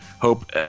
Hope